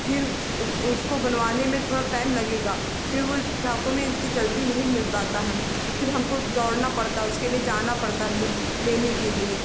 फिर उस उसको बनवाने में थोड़ा टाइम लगेगा फिर वह डॉक्यूमेन्ट इतनी जल्दी नहीं मिल पाता है फिर हमको दौड़ना पड़ता है उसके लिए जाना पड़ता है ले लेने के लिए